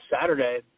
Saturday